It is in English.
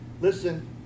Listen